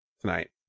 tonight